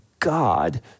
God